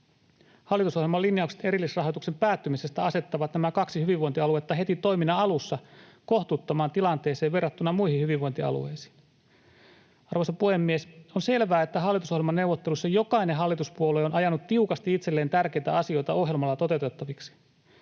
Hallitusohjelman linjaukset erillisrahoituksen päättymisestä asettavat nämä kaksi hyvinvointialuetta heti toiminnan alussa kohtuuttomaan tilanteeseen verrattuna muihin hyvinvointialueisiin. Arvoisa puhemies! On selvää, että hallitusohjelmaneuvotteluissa jokainen hallituspuolue on ajanut tiukasti itselleen tärkeitä asioita ohjelmalla toteutettaviksi.